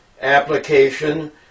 application